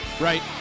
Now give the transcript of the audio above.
right